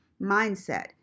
mindset